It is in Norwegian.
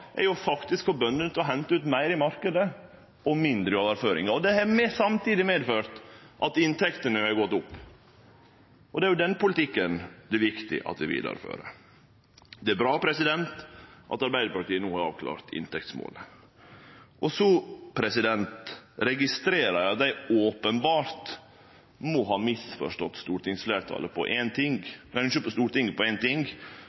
er faktisk å få bøndene til å hente ut meir i marknaden og mindre i overføringar. Det har samtidig medført at inntektene har gått opp. Det er den politikken det er viktig at vi fører vidare. Det er bra at Arbeidarpartiet no har avklart inntektsmålet. Eg registrerer at eg openbert må ha misforstått Stortinget i ein ting då eg såg merknadene til jordbruksmeldinga. Det gjeld forståinga av at ein